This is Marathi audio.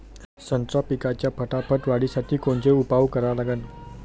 संत्रा पिकाच्या फटाफट वाढीसाठी कोनचे उपाव करा लागन?